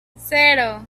cero